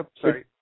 sorry